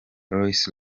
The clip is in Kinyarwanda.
rolls